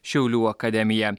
šiaulių akademija